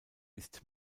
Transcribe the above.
ist